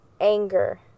anger